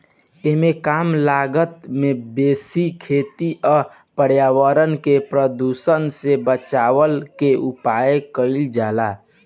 एमे कम लागत में बेसी खेती आ पर्यावरण के प्रदुषण से बचवला के उपाय कइल जाला